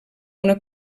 una